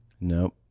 Nope